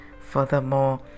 Furthermore